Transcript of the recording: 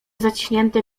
zaciśnięte